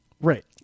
Right